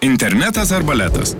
internetas ar baletas